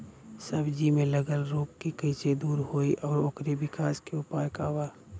सब्जी में लगल रोग के कइसे दूर होयी और ओकरे विकास के उपाय का बा?